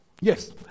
Yes